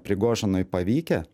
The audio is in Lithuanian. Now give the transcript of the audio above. prigožinui pavykę